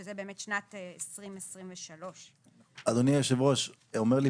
(שזה באמת שנת 2023). אדוני היושב-ראש, אומר לי